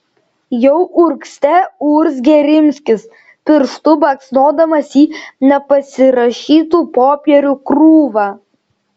jau urgzte urzgė rimskis pirštu baksnodamas į nepasirašytų popierių krūvą